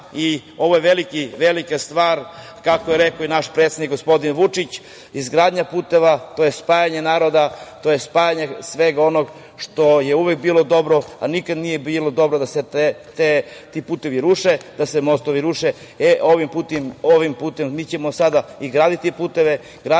i ovo je velika stvar, kako je rekao i naš predsednik, gospodin Vučić, izgradnja puteva to je spajanje naroda, to je spajanje svega onoga što je uvek bilo dobro, a nikad nije bilo dobro da se ti putevi ruše, da se mostovi ruše. Ovim putem mi ćemo sada graditi puteve, graditi mostove